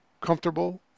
comfortable